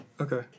Okay